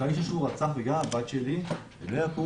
למה לתת